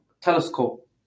telescope